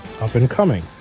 Up-and-coming